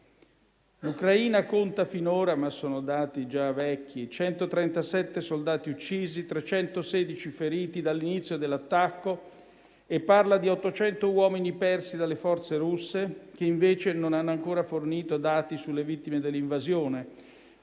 L'Ucraina conta finora - ma sono dati già vecchi - 137 soldati uccisi e 316 feriti dall'inizio dell'attacco, e parla di 800 uomini persi dalle forze russe, che invece non hanno ancora fornito dati sulle vittime dell'invasione